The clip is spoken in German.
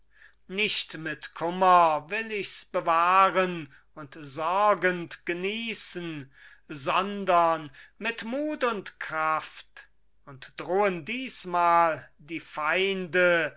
nicht mit kummer will ich's bewahren und sorgend genießen sondern mit mut und kraft und drohen diesmal die feinde